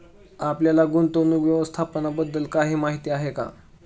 आपल्याला गुंतवणूक व्यवस्थापनाबद्दल काही माहिती आहे का?